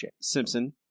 Simpson